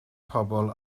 pobl